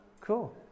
cool